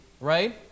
Right